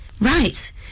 Right